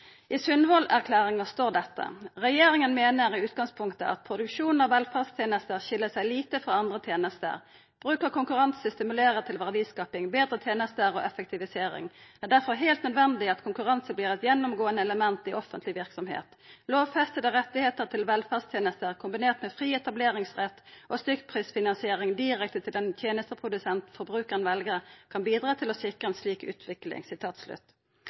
I Sundvolden-erklæringa står dette: «Regjeringen mener i utgangspunktet at produksjon av velferdstjenester skiller seg lite fra andre tjenester. Bruk av konkurranse stimulerer til verdiskaping, bedre tjenester og effektivisering. Det er derfor helt nødvendig at konkurranse blir et gjennomgående element i offentlig virksomhet. Lovfestede rettigheter til velferdstjenester, kombinert med fri etableringsrett og stykkprisfinansiering direkte til den tjenesteprodusent forbrukeren velger, kan bidra til å sikre en slik utvikling.»